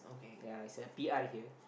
yea it's a P_R here